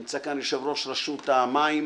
נמצא כאן יושב ראש רשות המים,